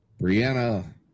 Brianna